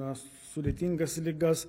na sudėtingas ligas